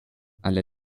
alle